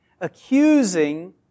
accusing